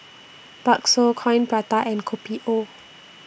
Bakso Coin Prata and Kopi O